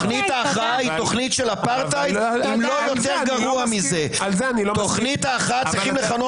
הדרך היחידה לגלות את זה היא בעזרת הפרלמנט שיגיד